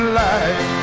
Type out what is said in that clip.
life